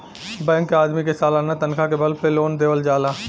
bank के आदमी के सालाना तनखा के बल पे लोन देवल जाला